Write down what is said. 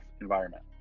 environment